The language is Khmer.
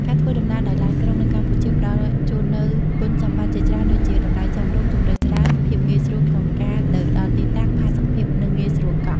ការធ្វើដំណើរដោយឡានក្រុងនៅកម្ពុជាផ្តល់ជូននូវគុណសម្បត្តិជាច្រើនដូចជា តម្លៃសមរម្យ ជម្រើសច្រើន ភាពងាយស្រួលក្នុងការទៅដល់ទីតាំង ផាសុកភាព និងងាយស្រួលកក់។